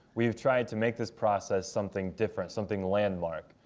we have tried to make this process something different, something landmark.